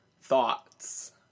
thoughts